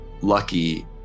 lucky